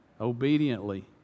obediently